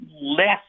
less